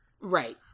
Right